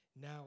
now